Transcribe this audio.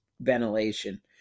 ventilation